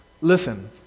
Listen